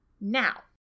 Now